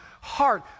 heart